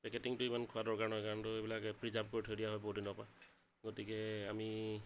পেকেটিংটো ইমান খোৱা দৰকাৰ নহয় কাৰণটো এইবিলাক প্ৰিজাৰ্ভ কৰি থৈ দিয়া হয় বহুদিনৰ পৰা গতিকে আমি